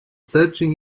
searching